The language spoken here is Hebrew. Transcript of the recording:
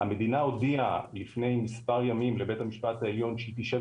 המדינה הודיעה לפני מספר ימים לבית המשפט העליון שהיא תשב